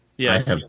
Yes